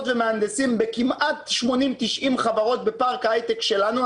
ומהנדסים בכמעט 90-80 חברות בפארק ההיי-טק שלנו.